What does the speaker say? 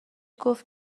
گفت